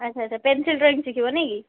ଆଚ୍ଛା ଆଚ୍ଛା pencil drawing ଶିଖିବ ନାଇଁ କି